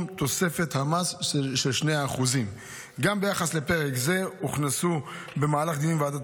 תוספת המס של 2%. גם ביחס לפרק זה הוכנסו במהלך דיונים בוועדת